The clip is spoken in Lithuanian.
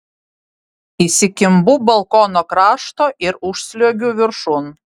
įsikimbu balkono krašto ir užsliuogiu viršun